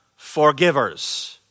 forgivers